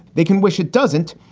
they can wish it doesn't.